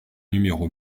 numéro